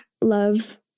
love